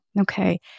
Okay